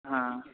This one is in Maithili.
हाँ